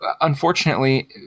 unfortunately